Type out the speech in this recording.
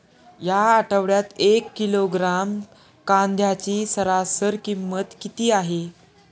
या आठवड्यात एक किलोग्रॅम कांद्याची सरासरी किंमत किती आहे?